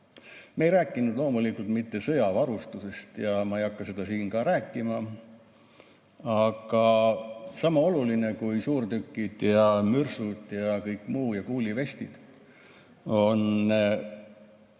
Me ei rääkinud loomulikult mitte sõjavarustusest ja ma ei hakka seda siin ka rääkima, aga sama oluline kui suurtükid, mürsud, kuulivestid ja kõik